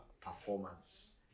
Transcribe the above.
performance